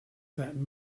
that